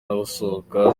n’abasohoka